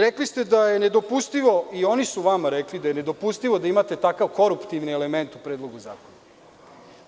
Rekli ste da je nedopustivo i oni su vama rekli da je nedopustivo da imate takav koruptivni element u predlogu zakona,